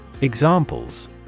Examples